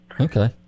Okay